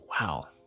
wow